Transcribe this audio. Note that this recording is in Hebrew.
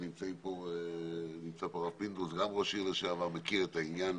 ונמצא כאן הרב פינדרוס שגם הוא ראש עיר לשעבר ומכיר את העניין